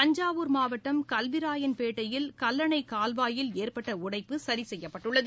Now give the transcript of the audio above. தஞ்சாவூர் மாவட்டம் கல்விராயன் பேட்டையில் கல்லண் கால்வாயில் ஏற்பட்ட உடைப்பு சரிசெய்யப்பட்டுள்ளது